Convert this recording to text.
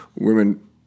women